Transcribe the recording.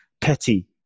petty